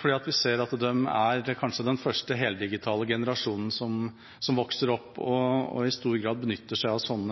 fordi vi ser at de kanskje er den første heldigitale generasjonen som vokser opp og i stor grad benytter seg av slik